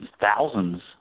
thousands